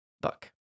book